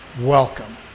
Welcome